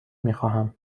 میخواهم